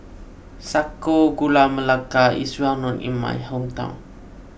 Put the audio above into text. Sago Gula Melaka is well known in my hometown